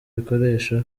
bikoresho